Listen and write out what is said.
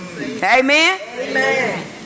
Amen